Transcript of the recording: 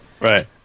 right